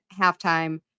halftime